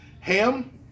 Ham